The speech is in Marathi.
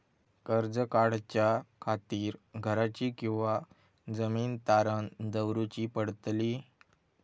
कर्ज काढच्या खातीर घराची किंवा जमीन तारण दवरूची पडतली?